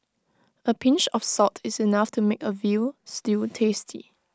A pinch of salt is enough to make A Veal Stew tasty